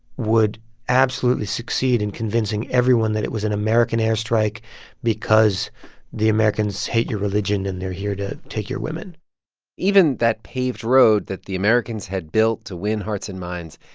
would absolutely succeed in convincing everyone that it was an american airstrike because the americans hate your religion and they're here to take your women even that paved road that the americans had built to win hearts and minds,